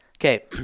Okay